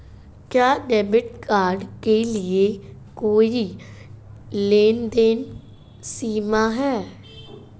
क्या debit card के लिए कोई लेनदेन सीमा है?